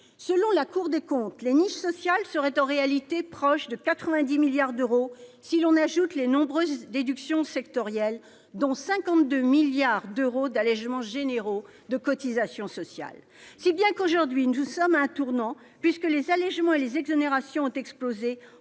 Selon la Cour des comptes, les niches sociales seraient, en réalité, proches de 90 milliards d'euros si l'on ajoute les nombreuses déductions sectorielles, dont 52 milliards d'euros d'allégements généraux de cotisations sociales. Si bien que nous sommes aujourd'hui à un tournant, puisque les allégements et les exonérations ont explosé